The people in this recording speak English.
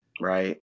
right